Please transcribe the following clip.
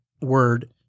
word